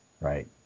right